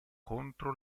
contro